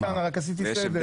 --- רק עשיתי סדר.